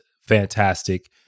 fantastic